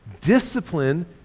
Discipline